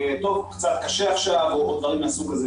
קצת קשה עכשיו או דברים מהסוג הזה.